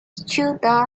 ceuta